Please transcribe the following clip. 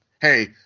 Hey